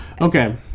Okay